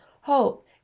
hope